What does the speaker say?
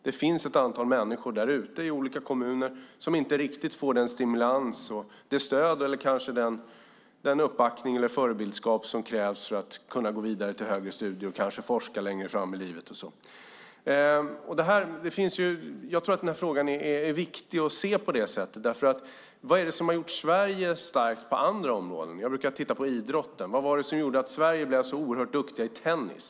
Det finns ett antal människor i olika kommuner som inte riktigt får den stimulans, det stöd eller kanske den uppbackning eller förebild som krävs för att man ska gå vidare till högre studier och kanske forska senare i livet. Jag tror att det är viktigt att se frågan på det sättet. Vad är det som har gjort Sverige starkt på andra områden? Jag brukar se på idrotten. Vad var det som gjorde att Sverige blev så oerhört framstående i tennis?